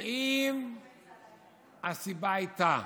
ואם הסיבה הייתה